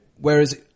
whereas